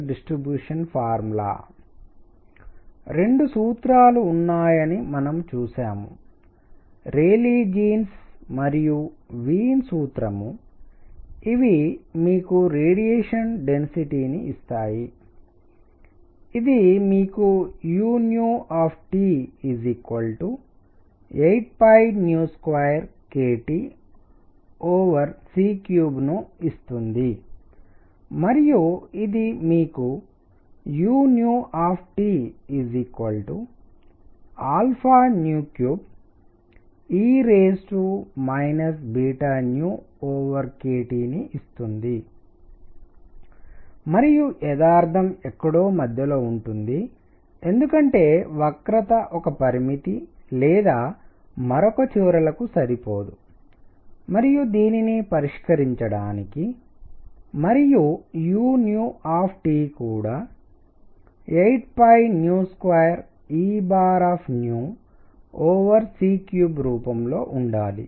2 సూత్రాలు ఉన్నాయని మనము చూశాము రేలీ జీన్స్ మరియు వీన్ సూత్రం ఇవి మీకు రేడియేషన్ డెన్సిటీ ని ఇస్తుంది ఇది మీకు u 82kTc3 ను ఇస్తుంది మరియు ఇది మీకు u 3e kT ను ఇస్తుంది మరియు యధార్థము ఎక్కడో మధ్యలో ఉంటుంది ఎందుకంటే వక్రత ఒక పరిమితి లేదా మరొక చివరలకు సరిపోదు మరియు దీనిని పరిష్కరించడానికి మరియు u కూడా 82Ec3 రూపంలో ఉండాలి